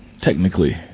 technically